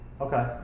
Okay